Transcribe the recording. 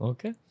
Okay